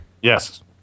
Yes